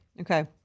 Okay